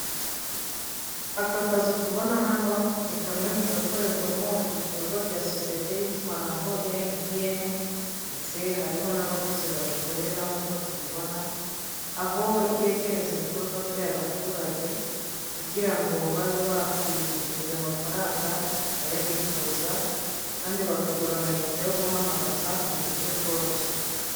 Aka kazu tubona hano ni kamwe mu gakorerwamo ibikorwa bya sosiyete y'itumanaho ya MTN ndetse hariho n'abakozi bayikorera nk'uko tubibona, aho yegereza ibikorwa byayo abaturage kugira ngo babe bakwibikiriza amafaranga, bakayabikuza kandi bakagura amayinite yo guhamagaza mu buryo bworoshye.